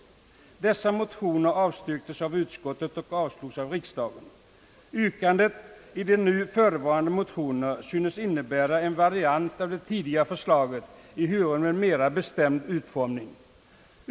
Dessa motioner avstyrktes av utskottet och avslogs av riksdagen. Yrkandet i de nu förevarande motionerna synes innebära en variant av det tidigare förslaget ehuru med en mera bestämd utformning.